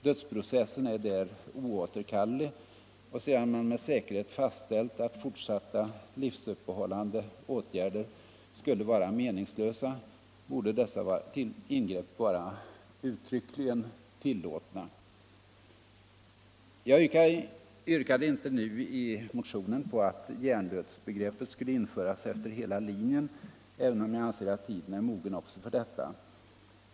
Dödsprocessen är där oåterkallelig, och sedan man med säkerhet fastställt att fortsatta livsuppehållande åtgärder skulle vara meningslösa borde dessa ingrepp vara uttryckligen tillåtna. Jag yrkade inte nu i motionen på att hjärndödsbegreppet skulle införas efter hela linjen, även om jag anser att tiden är mogen också för detta.